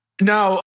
Now